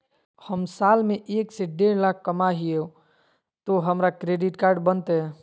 हम साल में एक से देढ लाख कमा हिये तो हमरा क्रेडिट कार्ड बनते?